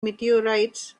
meteorites